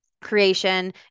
creation